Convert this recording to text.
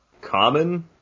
Common